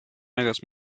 hagas